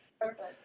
Perfect